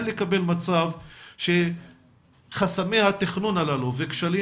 אין לקבל מצב שחסמי התכנון הללו וכשלים